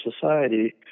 society